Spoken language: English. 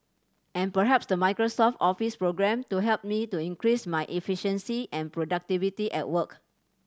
and perhaps the Microsoft Office programme to help me to increase my efficiency and productivity at work